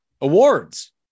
Awards